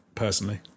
personally